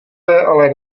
ale